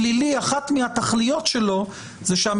אחת מהתכליות של ההליך הפלילי זה שהמדינה